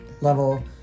level